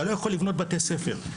אתה לא יכול לבנות בתי ספר.